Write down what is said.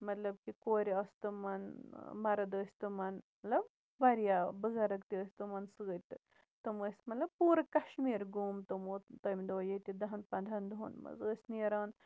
مطلب کہِ کورِ آسہٕ تِمَن مَرٕد ٲسۍ تِمَن مطلب واریاہ بُزَرٕگ تہِ ٲسۍ تِمَن سۭتۍ تہٕ تِم ٲسۍ مطلب پوٗرٕ کَشمیٖرَ گوٗم تِمَو تَمہِ دۄہ ییٚتہِ دَہَن پَندہَن دۄہَن منٛز ٲسۍ نیران